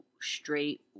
straight